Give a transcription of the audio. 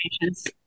patients